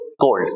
cold